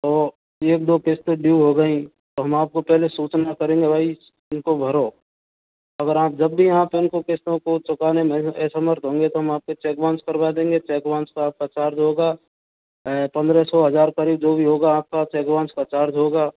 तो एक दो किश्ते ड्यू हो गईं तो हम आपको पहले सूचना करेंगे भाई इनको भरो अगर आप जब भी आप इनको किस्तों को चुकाने में असमर्थ होंगे तो हम आपके चेक बाउंस करवा देंगे चेक बाउंस का आपका चार्ज होगा पंद्रह सौ हजार करीब जो भी होगा आपका चेक बाउंस का चार्ज होगा